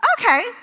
okay